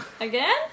Again